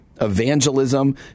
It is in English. evangelism